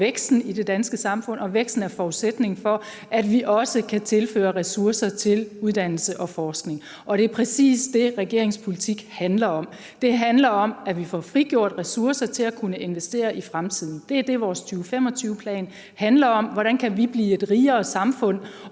væksten i det danske samfund, og væksten er forudsætningen for, at vi også kan tilføre ressourcer til uddannelse og forskning. Det er præcis det, regeringens politik handler om. Den handler om, at vi får frigjort ressourcer til at kunne investere i fremtiden. Det er det, vores 2025-plan handler om: Hvordan kan vi blive et rigere samfund?